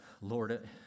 Lord